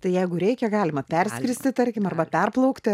tai jeigu reikia galima perskristi tarkim arba perplaukti